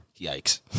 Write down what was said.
Yikes